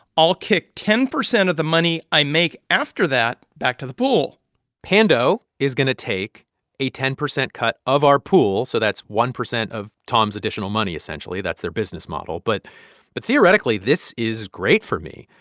i'll kick ten percent of the money i make after that back to the pool pando is going to take a ten percent cut of our pool so that's one percent of tom's additional money, essentially. that's their business model. but but theoretically, this is great for me.